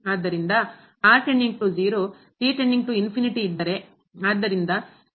ಆದ್ದರಿಂದ ಇದ್ದರೆ ಆದ್ದರಿಂದ ಇಲ್ಲಿ ನಾವು ಹೊಂದಿದ್ದೇವೆ